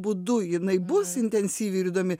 būdu jinai bus intensyvi ir įdomi